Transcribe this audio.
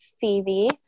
Phoebe